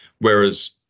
whereas